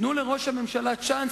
תנו לראש הממשלה צ'אנס,